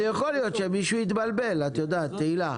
אבל יכול להיות שמישהו התבלבל, את יודעת תהילה.